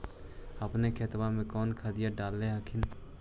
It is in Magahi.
अपने खेतबा मे कौन खदिया डाल हखिन?